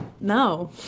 no